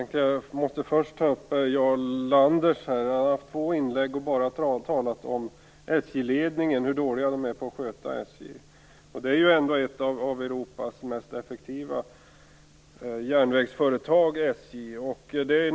Fru talman! Jag skall anknyta till det som Jarl Lander sagt. Han har haft två inlägg, och bara talat om SJ-ledningen och hur dålig den är på att sköta SJ. SJ är ändå ett av Europas mest effektiva järnvägsföretag.